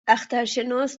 اخترشناس